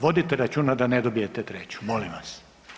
Vodite računa da ne dobijete treću, molim vas.